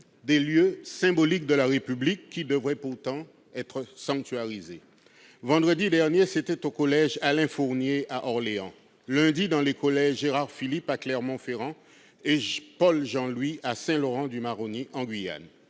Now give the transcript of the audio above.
des lieux symboliques de la République qui devraient pourtant être sanctuarisés. Vendredi dernier, c'était au collège Alain-Fournier à Orléans. Lundi, c'était dans les collèges Gérard-Philipe à Clermont-Ferrand et Paul-Jean-Louis à Saint-Laurent-du-Maroni en Guyane.